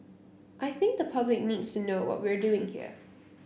I think the public needs to know what we're doing here